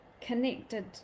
connected